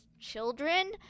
children